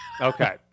Okay